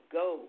go